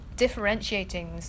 differentiating